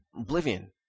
Oblivion